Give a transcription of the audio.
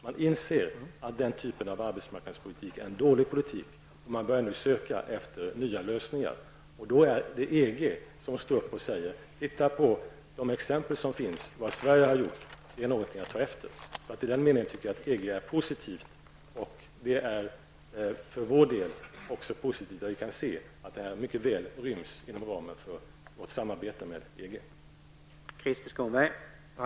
Man anser att den typen av arbetsmarknadspolitik är en dålig politik, och man börjar nu söka efter nya lösningar. Och då är det EG som står upp och säger: Titta på de exempel som finns. Det som Sverige har gjort är något att ta efter. I den meningen tycker jag att EG är positivt. Det är även för vår del positivt då vi kan se att detta mycket väl ryms inom ramen för vårt samarbete med EG.